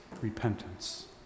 repentance